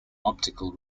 optical